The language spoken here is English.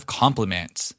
compliments